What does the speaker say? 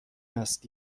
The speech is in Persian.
است